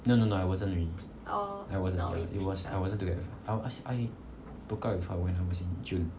no no no I wasn't already I was not it was I wasn't together I was um I broke up with her when I was in june